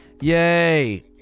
Yay